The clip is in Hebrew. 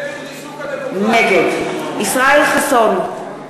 נגד ישראל חסון,